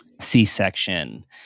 C-section